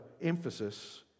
emphasis